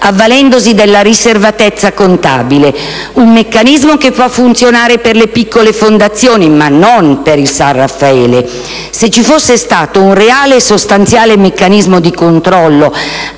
avvalendosi della riservatezza contabile: un meccanismo che può funzionare per le piccole fondazioni, ma non per il San Raffaele. Se ci fosse stato un reale e sostanziale meccanismo di controllo,